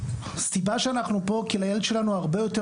הסיבה שאנחנו פה היא שלילד שלנו הרבה יותר